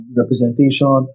representation